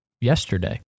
yesterday